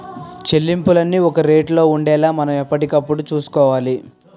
చెల్లింపులన్నీ ఒక రేటులో ఉండేలా మనం ఎప్పటికప్పుడు చూసుకోవాలి